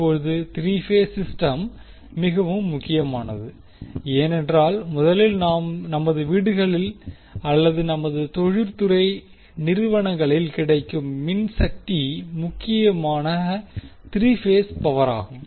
இப்போது 3 phase system மிகவும் முக்கியமானது ஏனென்றால் முதலில் நமது வீடுகளில் அல்லது நமது தொழில்துறை நிறுவனங்களில் கிடைக்கும் மின்சக்தி முக்கியமாக 3 பேஸ் பவராகும்